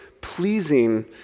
pleasing